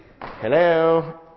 hello